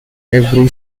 every